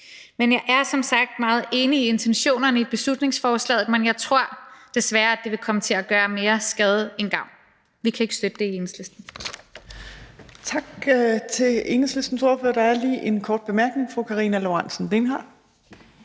som sagt meget enig i intentionerne i beslutningsforslaget, men jeg tror desværre, at det vil komme til at gøre mere skade end gavn. Vi kan ikke støtte det i Enhedslisten.